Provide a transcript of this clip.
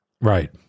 Right